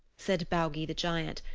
said baugi the giant.